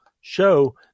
show